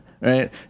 right